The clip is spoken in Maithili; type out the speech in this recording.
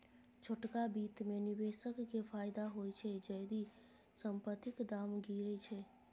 छोटका बित्त मे निबेशक केँ फायदा होइ छै जदि संपतिक दाम गिरय छै